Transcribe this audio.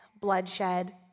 bloodshed